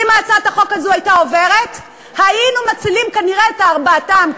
אם הצעת החוק הזאת הייתה עוברת היינו מצילים כנראה את ארבעתם,